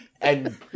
and-